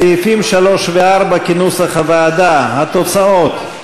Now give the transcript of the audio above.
סעיפים 4-3 כנוסח הוועדה, התוצאות: